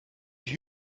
sie